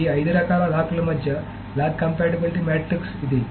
ఈ 5 రకాల లాక్ ల మధ్య లాక్ కంపాటిబిలిటీ మాట్రిక్స్ ఇది